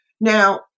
Now